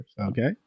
Okay